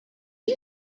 you